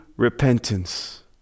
repentance